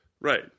Right